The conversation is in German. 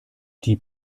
die